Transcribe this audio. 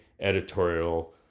editorial